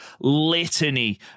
litany